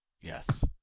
Yes